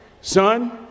son